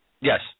Yes